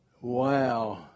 Wow